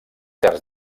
terç